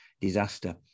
disaster